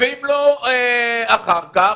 ואם לא אחר כך,